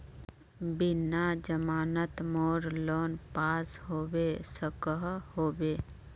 बिना जमानत मोर लोन पास होबे सकोहो होबे?